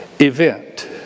event